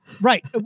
right